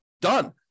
Done